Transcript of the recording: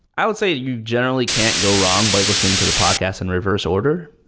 i would say you generally can't go wrong by listening to the podcast in reverse order,